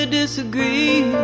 disagree